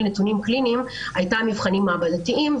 נתונים קליניים הייתה מבחנים מעבדתיים.